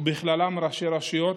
ובכללם ראשי רשויות,